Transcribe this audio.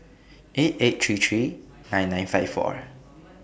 eight eight three three nine nine five four